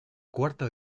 cuarto